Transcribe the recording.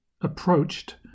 approached